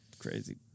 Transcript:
crazy